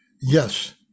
Yes